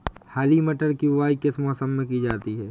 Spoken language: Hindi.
हरी मटर की बुवाई किस मौसम में की जाती है?